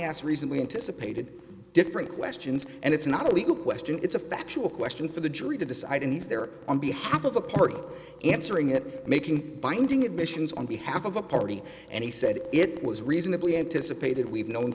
asked reason we anticipated different questions and it's not a legal question it's a factual question for the jury to decide and he's there on behalf of the party answering it making binding admissions on behalf of the party and he said it was reasonably anticipated we've known